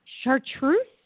Chartreuse